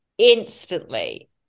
instantly